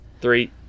three